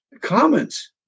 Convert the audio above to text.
comments